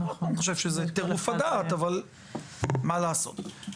אני חושב שזה טירוף הדעת אבל מה לעשות.